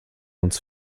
uns